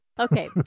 Okay